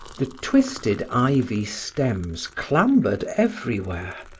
the twisted ivy stems clambered everywhere,